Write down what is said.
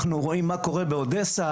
אנחנו רואים מה קורה באודסה,